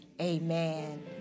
Amen